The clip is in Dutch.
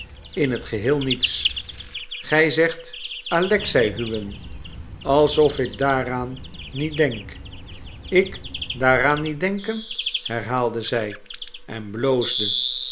in t geheel niets gij zegt alexei huwen alsof ik daaraan niet denk ik daaraan niet denken herhaalde zij en bloosde